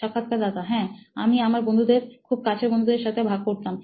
সাক্ষাৎকারদাতা হ্যাঁ আমি আমার বন্ধুদের খুব কাছের বন্ধুদের সাথে ভাগ করতাম